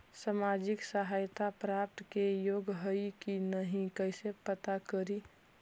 सामाजिक सहायता प्राप्त के योग्य हई कि नहीं कैसे पता करी?